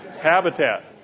Habitat